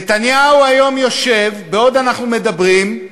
נתניהו היום יושב, בעוד אנחנו מדברים,